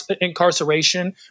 Incarceration